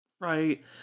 right